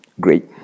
Great